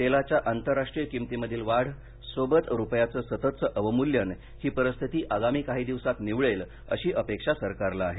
तेलाच्या आंतरराष्ट्रीय किंमतीमधील वाढ सोबत रुपयाचं सततचं अवमूल्यन ही परिस्थिती आगामी काही दिवसांत निवळेल अशी अपेक्षा सरकारला आहे